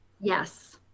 yes